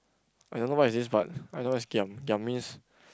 I don't know what is this but I know what is giam giam means